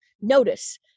notice